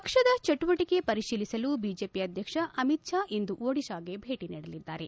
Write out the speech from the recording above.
ಪಕ್ಷದ ಕಾರ್ಯಚಟುವಟಕೆ ಪರಿಶೀಲಿಸಲು ಬಿಜೆಪಿ ಅಧ್ಯಕ್ಷ ಅಮಿತ್ ಶಾ ಇಂದು ಒಡಿಶಾಗೆ ಭೇಟಿ ನೀಡಲಿದ್ದಾರೆ